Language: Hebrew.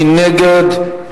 מי נגד?